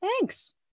thanks